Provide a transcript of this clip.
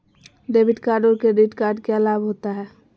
Debit card और credit card क्या लाभ होता है?